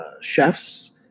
chefs